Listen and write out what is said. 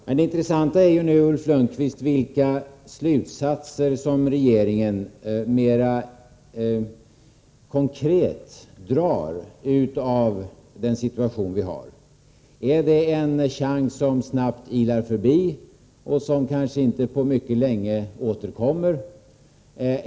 Men det intressanta nu, Ulf Lönnqvist, är vilka slutsatser som regeringen mer konkret drar av den situation vi har. Är det en chans som snabbt ilar förbi och som kanske inte återkommer på mycket länge?